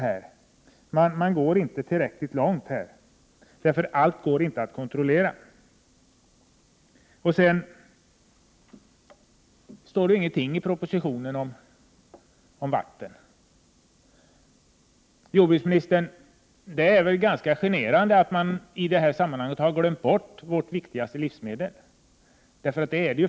Man går nämligen inte tillräckligt långt. Dessutom är det omöjligt att kontrollera allt. Vidare står det ingenting i propositionen om vattnet. Det är väl, jordbruksministern, ganska generande att man i detta sammanhang har glömt bort vårt viktigaste livsmedel, vattnet.